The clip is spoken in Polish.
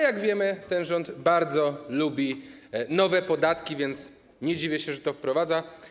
Jak wiemy, ten rząd bardzo lubi nowe podatki, więc nie dziwię się, że to wprowadza.